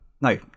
No